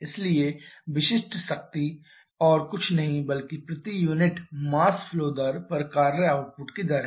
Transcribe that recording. इसलिए विशिष्ट शक्ति और कुछ नहीं बल्कि प्रति यूनिट मास फ्लो दर पर कार्य आउटपुट की दर है